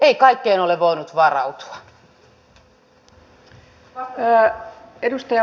ei kaikkeen ole voinut varautua